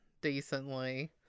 decently